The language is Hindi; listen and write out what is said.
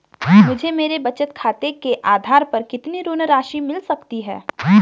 मुझे मेरे बचत खाते के आधार पर कितनी ऋण राशि मिल सकती है?